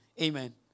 Amen